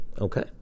okay